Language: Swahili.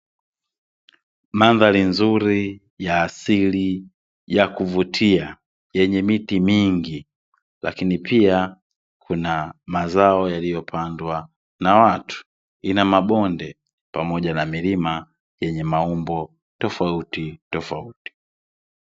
Madhari nzuri, ya asili ya kuvutia, yenye miti mingi, lakini pia kuna mazao yaliyopandwa na watu, ina mabonde pamoja na milima yenye maumbo tofautitofauti.